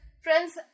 friends